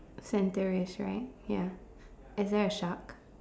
centre is right ya is there a shark